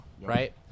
right